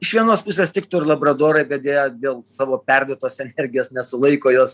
iš vienos pusės tiktų ir labradorai bet deja dėl savo perdėtos energijos nesulaiko jos